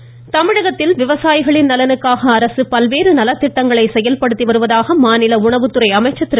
ம்ம்ம்ம் காமாஜ் தமிழகத்தில் விவசாயிகளின் நலனுக்காக அரசு பல்வேறு நலத்திட்டங்களை செயல்படுத்தி வருவதாக மாநில உணவுத்துறை அமைச்சர் திரு